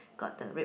got the red